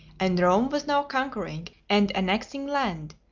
and rome was now conquering and annexing land,